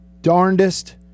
darndest